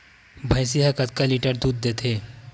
भंइसी हा कतका लीटर दूध देथे?